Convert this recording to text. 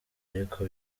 ariko